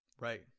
Right